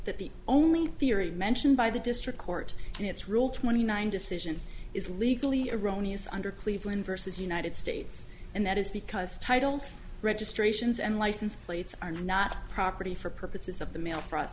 that the only theory mentioned by the district court in its rule twenty nine decision is legally erroneous under cleveland versus united states and that is because titles registrations and license plates are not property for purposes of the mail fr